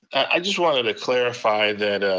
i just wanted to clarify that